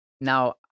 now